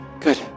Good